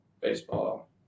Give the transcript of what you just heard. baseball